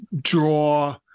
draw